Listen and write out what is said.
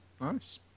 nice